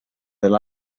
del